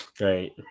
right